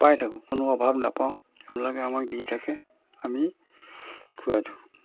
পাই থাকোঁ কোনো অভাৱ নাপাওঁ সেইবিলাকে আমাক দি থাকে আমি খোৱাই থাকোঁ